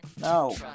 no